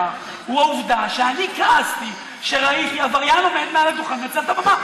הוא העובדה שאני כעסתי כשראיתי עבריין עומד מעל לדוכן ומנצל את הבמה.